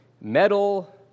metal